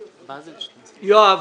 אתם זוכרים, אבל לא משנה,